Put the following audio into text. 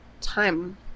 time